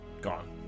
gone